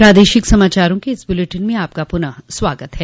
प्रादेशिक समाचारों के इस बुलेटिन में आपका फिर से स्वागत है